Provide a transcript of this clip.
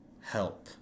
help